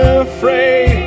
afraid